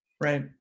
Right